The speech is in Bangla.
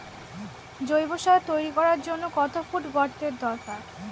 জৈব সার তৈরি করার জন্য কত ফুট গর্তের দরকার?